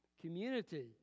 Community